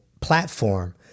platform